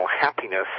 Happiness